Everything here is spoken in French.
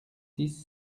six